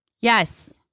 Yes